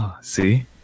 See